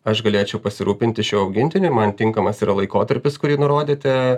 aš galėčiau pasirūpinti šiuo augintiniu ir man tinkamas yra laikotarpis kurį nurodyte